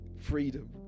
freedom